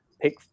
Pick